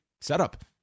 setup